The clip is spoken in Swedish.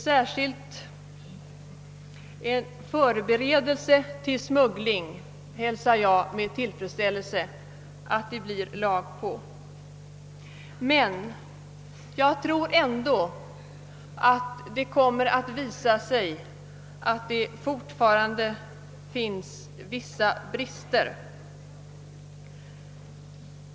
Särskilt hälsar jag med tillfredsställelse att förberedelse till smuggling kommer att bestraffas. Men jag tror ändå att det kommer att visa sig att det fortfarande föreligger vissa brister.